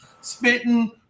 spitting